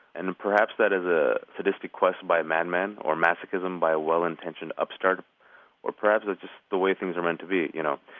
and perhaps that is a sadistic quest by a madman or masochism by a well-intentioned upstart or perhaps it's just the way things are meant to be, you know,